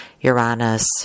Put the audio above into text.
Uranus